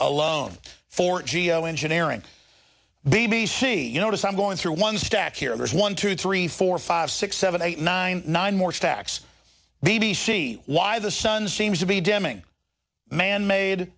alone for geo engineering b b c you notice i'm going through one stack here there's one two three four five six seven eight nine nine more stacks b b c why the sun seems to be dimming manmade